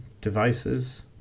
devices